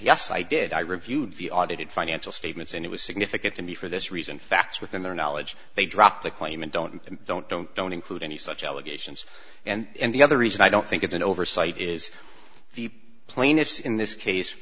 yes i did i reviewed the audited financial statements and it was significant to me for this reason facts within their knowledge they drop the claim and don't don't don't don't include any such allegations and the other reason i don't think it's an oversight is the plaintiffs in this case